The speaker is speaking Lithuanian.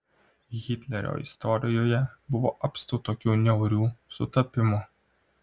hitlerio istorijoje buvo apstu tokių niaurių sutapimų